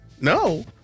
No